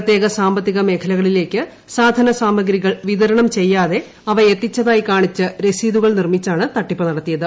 പ്രത്യേക സാമ്പത്തിക മേഖലകളിലേക്ക് സാധന സാമഗ്രികൾ വിതരണം ചെയ്യാതെ അവയെത്തിച്ചതായി കാണിച്ച് രസീതുകൾ നിർമ്മിച്ചാണ് തട്ടിപ്പ് നടത്തിയത്